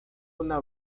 una